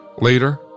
Later